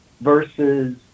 versus